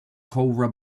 cowra